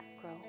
grow